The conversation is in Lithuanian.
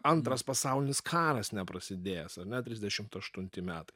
antras pasaulinis karas neprasidėjęs ar ne trisdešimt aštunti metai